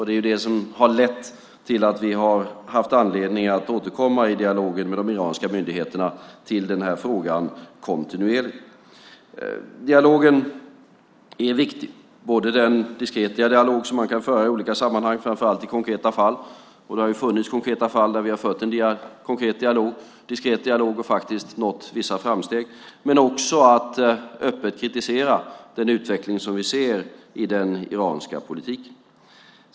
Det är det som har lett till att vi har haft anledning att kontinuerligt återkomma till frågan i dialogen med de iranska myndigheterna. Dialogen är viktig, både den diskreta dialog man kan föra i olika sammanhang - framför allt i konkreta fall, och det har funnits konkreta fall där vi har fört en diskret dialog och nått vissa framsteg - och en öppen kritik av den utveckling vi ser i den iranska politiken.